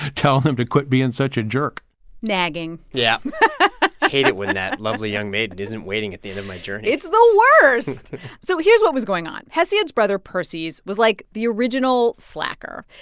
telling him to quit being such a jerk nagging yeah hate it when that lovely, young maiden isn't waiting at the end of my journey it's the worst so here's what was going on. hesiod's brother perses was, like, the original slacker.